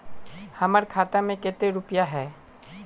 हमर खाता में केते रुपया है?